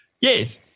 Yes